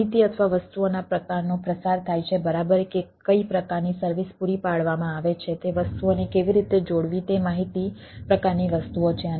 માહિતી અથવા વસ્તુઓના પ્રકારનો પ્રસાર થાય છે બરાબર કે કઈ પ્રકારની સર્વિસ પૂરી પાડવામાં આવે છે તે વસ્તુઓને કેવી રીતે જોડવી તે માહિતી પ્રકારની વસ્તુઓ છે